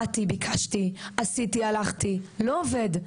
באתי, ביקשתי, עשיתי, הלכתי, לא עובד.